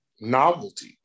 novelty